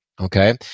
Okay